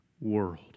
world